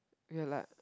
we were like